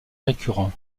récurrent